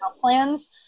plans